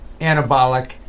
anabolic